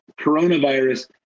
coronavirus